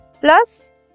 plus